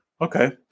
Okay